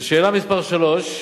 לשאלה מס' 3,